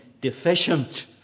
deficient